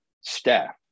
staff